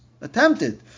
attempted